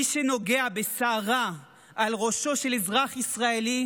מי שנוגע בשערה מראשו של אזרח ישראלי,